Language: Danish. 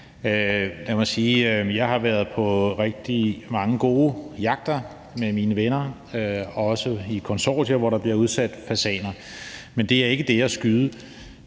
jeg har været på rigtig mange gode jagter med mine venner, også i konsortier, hvor der bliver udsat fasaner, men det er ikke det at skyde